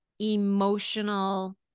emotional